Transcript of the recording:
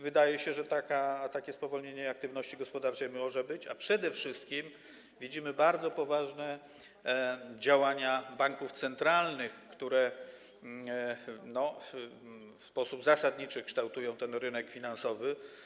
Wydaje się, że takie spowolnienie aktywności gospodarczej może być, przede wszystkim widzimy bardzo poważne działania banków centralnych, które w sposób zasadniczy kształtują rynek finansowy.